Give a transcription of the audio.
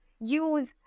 use